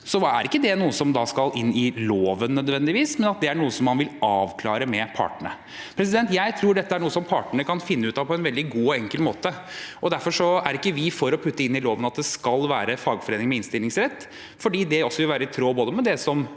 skal det ikke nødvendigvis inn i loven, det er noe man vil avklare med partene. Jeg tror dette er noe partene kan finne ut av på en veldig god og enkel måte. Derfor er vi ikke for å putte inn i loven at det skal være fagforening med innstillingsrett. Det vil også være i tråd med både det